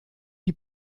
die